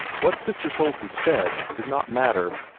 what sister soulsby said did not matter.